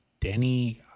Denny